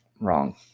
Wrong